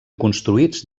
construïts